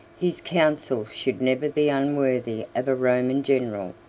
his counsels should never be unworthy of a roman general,